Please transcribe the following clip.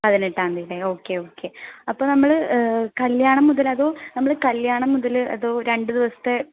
പതിനെട്ടാം തീയതി അല്ലേ ഓക്കെ ഓക്കെ അപ്പോൾ നമ്മൽ കല്യാണം മുതൽ അതോ നമ്മൾ കല്യാണം മുതൽ അതോ രണ്ട് ദിവസത്തെ